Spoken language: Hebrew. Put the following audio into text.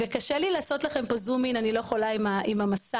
קשה לי לעשות לכם זום, אני לא יכולה עם המסך.